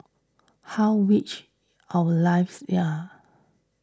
how wretched our lives the are